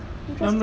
interesting